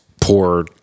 poor